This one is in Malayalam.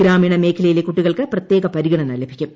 ഗ്രാമീണ മേഖലയിലെ കുട്ടികൾക്ക് പ്രത്യേക പരിഗണന ലഭിക്കും